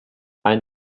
ein